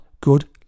good